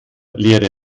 leere